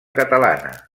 catalana